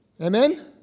Amen